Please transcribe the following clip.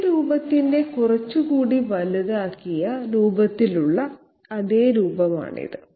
ഇതേ രൂപത്തിന്റെ കുറച്ചുകൂടി വലുതാക്കിയ രൂപത്തിലുള്ള അതേ രൂപമാണിത്